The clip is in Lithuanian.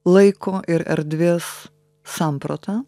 laiko ir erdvės samprata